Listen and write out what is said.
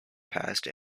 passed